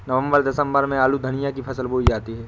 नवम्बर दिसम्बर में आलू धनिया की फसल बोई जाती है?